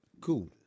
Cool